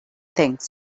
things